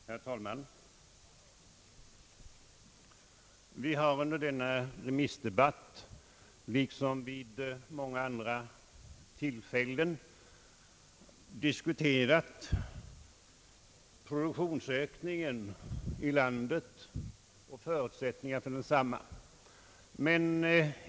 Herr talman! Vi har under denna remissdebatt, liksom vid många andra tillfällen, diskuterat produktionsökningen i landet och förutsättningarna för densamma.